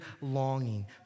longing